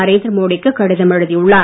நரேந்திர மோடிக்கு கடிதம் எழுதி உள்ளார்